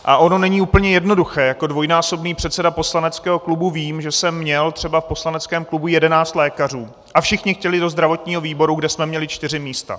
A ono není úplně jednoduché jako dvojnásobný předseda poslaneckého klubu vím, že jsem měl třeba v poslaneckém klubu 11 lékařů a všichni chtěli do zdravotního výboru, kde jsme měli čtyři místa.